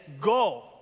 go